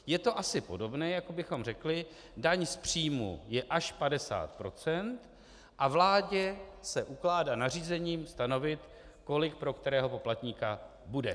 Je to asi podobné, jako bychom řekli: daň z příjmů je až 50 % a vládě se ukládá nařízením stanovit, kolik pro kterého poplatníka bude.